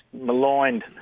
maligned